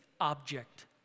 object